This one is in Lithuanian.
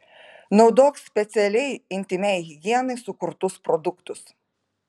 naudok specialiai intymiai higienai sukurtus produktus